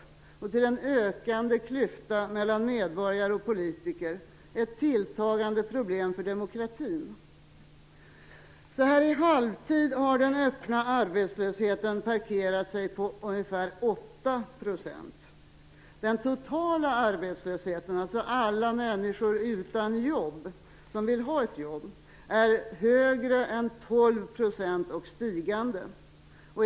Det har blivit en ökande klyfta mellan medborgare och politiker, ett tilltagande problem för demokratin. Så här i halvtid har den öppna arbetslösheten parkerat sig på ca 8 %. Den totala arbetslösheten, alltså alla människor som är utan jobb och som vill ha ett jobb, är högre än 12 % och stigande.